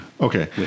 okay